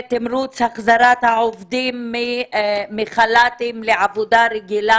ותמרוץ החזרת העובדים מחל"תים לעבודה רגילה.